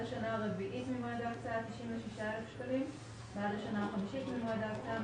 השנה הרביעית ממועד ההקצאה-96,000 בעד השנה החמישית ממועד ההקצאה-